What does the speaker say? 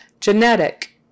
Genetic